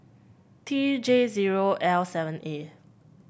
T J zero L seven A